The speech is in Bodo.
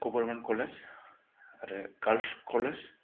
गभर्नमेन्ट कलेज आरो गार्ल्स कलेज